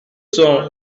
sont